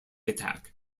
attack